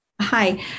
Hi